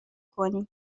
کنیم